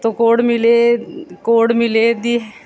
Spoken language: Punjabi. ਤੋਂ ਕੋਡ ਮਿਲੇ ਕੋਡ ਮਿਲੇ ਦੀ